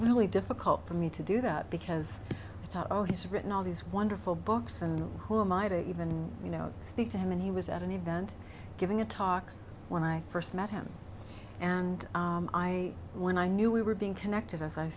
really difficult for me to do that because i thought oh he's written all these wonderful books and who am i to even you know speak to him and he was at an event giving a talk when i first met him and i when i knew we were being connected as i